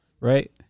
right